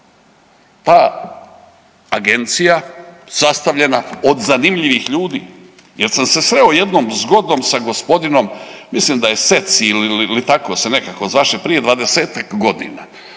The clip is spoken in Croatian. ta agencija sastavljena od zanimljivih ljudi jer sam se sreo jednom zgodom sa gospodinom mislim da je Sec ili tako se nekako zvaše prije 20-ak godina,